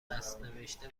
دستنوشته